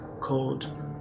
called